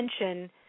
attention –